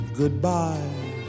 goodbye